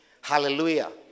Hallelujah